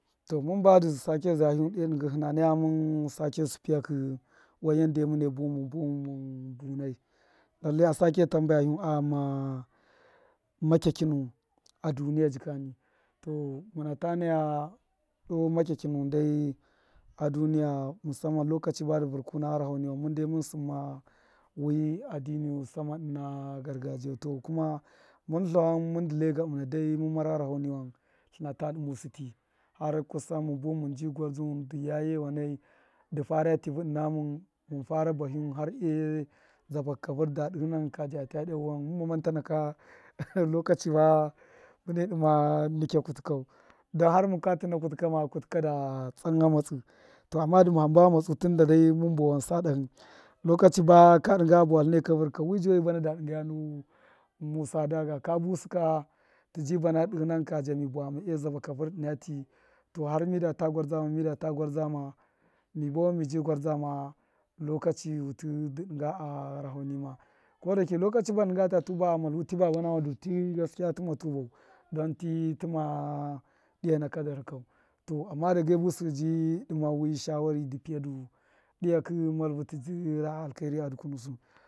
To mun badṫ sake zuya hiyuwun doo dṫngṫ hṫna naya mun sake zu ṫpyakṫ wan yande mune buwun mun buwun mun bunai lallai a sake tambuada hiyuwun a ghama makyakyi nuwun a duniya jikani to muna ta naya doo makiyakyi nuwun dai a duniya musamman lokachi ba dṫ vṫrkuna gharaho niwan a duniya mun dai mun sṫmma wi addiniyu sama ṫna gargaji yau to kuma mun tiawan min dṫ lye gatṫna dai mun mar gharahoniwan tlṫna ta dṫmosṫ ti hai kusan mun buwun mun bi gwarzdṫwun dṫ yaye wanai di fara tṫvṫ ṫna mun mun fara bihiyu har ezabakṫ kavṫr da dṫhṫnan kaja tu dyahu wanai mumma munta naka lokachi ba mune dṫme nikya kutu kau dan har munka tuna kutṫ kama kutṫ da tsan ghametsṫ to amma dṫme hamba ghama tsu tun dai mun bowen sa dahṫ lokachi b aka dṫnga a bawa tlṫne kavṫr ka wṫ joyi bana dṫgaya nu musa dag aka busṫ ka tṫ ji bana dihṫnan kaja mi bawame zaba kavṫr ṫna ti to har mida ta gwarzdama mida ta gwanzatau mi buwama mi ji gwarzdama lokachi wuti dṫ dṫnga a gharaho nime ko dashiki lokachi badṫ dṫnga ta tuba a malvu ti baba nama du tṫ gaskiya tṫma tubau don ti tṫma diya naka darhṫ kau to amma dage le busṫ dṫbi dṫma wi shawari dṫ piya du dṫya kṫ malvṫ tṫ dṫ ra alkairiya dukunu sṫ.